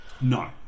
No